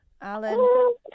Alan